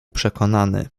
przekonany